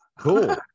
Cool